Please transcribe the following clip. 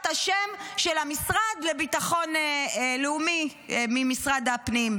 השם של המשרד לביטחון לאומי ממשרד לביטחון הפנים.